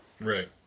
Right